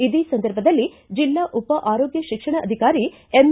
ಇದೇ ಸಂದರ್ಭದಲ್ಲಿ ಜಿಲ್ಲಾ ಉಪ ಆರೋಗ್ಯ ಶಿಕ್ಷಣ ಅಧಿಕಾರಿ ಎಮ್